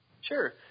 Sure